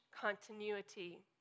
continuity